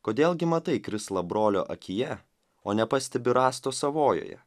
kodėl gi matai krislą brolio akyje o nepastebi rąsto savojoje